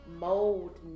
mold